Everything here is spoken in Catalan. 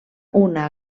una